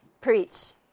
preach